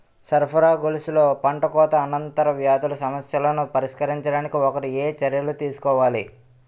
సరఫరా గొలుసులో పంటకోత అనంతర వ్యాధుల సమస్యలను పరిష్కరించడానికి ఒకరు ఏ చర్యలు తీసుకోవాలి?